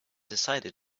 decided